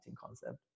concept